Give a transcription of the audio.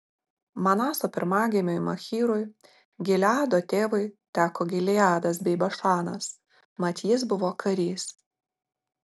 manaso pirmagimiui machyrui gileado tėvui teko gileadas bei bašanas mat jis buvo karys